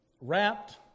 wrapped